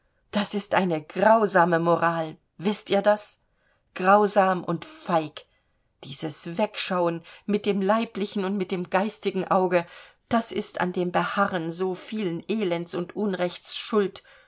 das ist eine grausame moral wißt ihr das grausam und feig dieses weg schauen mit dem leiblichen und mit dem geistigen auge das ist an dem beharren so vielen elends und